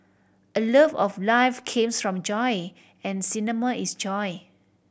a love of life comes from joy and cinema is joy